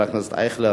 חבר הכנסת אייכלר,